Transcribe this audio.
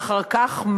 ואחר כך,